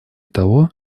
того